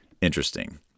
Interesting